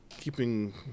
Keeping